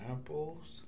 Apples